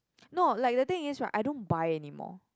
no like the thing is right I don't buy anymore